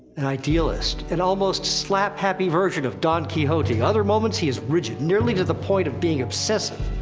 an idealist, an almost slap-happy version of don quixote. other moments, he is rigid, nearly to the point of being obsessive.